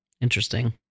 Interesting